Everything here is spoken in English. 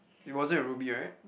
it wasn't your roomie right